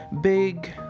big